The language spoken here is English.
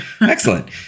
excellent